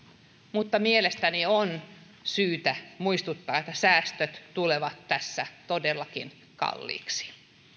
mutta mielestäni on syytä muistuttaa että säästöt tulevat tässä todellakin kalliiksi